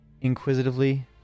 inquisitively